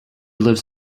lives